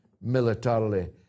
militarily